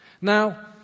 Now